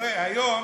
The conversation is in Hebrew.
הראשונה,